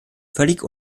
völlig